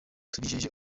tubijeje